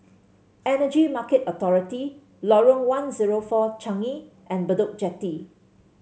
Energy Market Authority Lorong One Zero Four Changi and Bedok Jetty